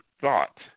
thought